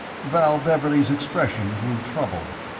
val beverley's expression grew troubled.